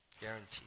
guaranteed